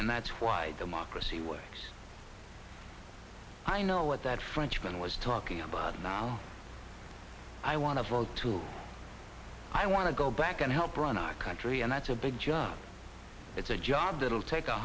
and that's why democracy works i know what that frenchman was talking about now i want to vote too i want to go back and help run our country and that's a big jump it's a job that will take a